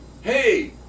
Hey